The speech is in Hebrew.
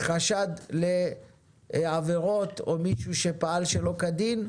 חשד לעבירות או מישהו שפעל שלא כדין,